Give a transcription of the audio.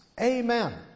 Amen